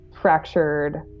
fractured